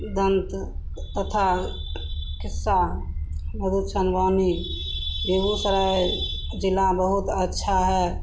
दन्त कथा किस्सा बेगूसराय ज़िला बहुत अच्छा है